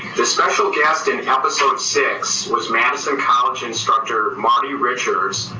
the special guest in episode six was madison college instructor marty richards,